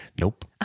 Nope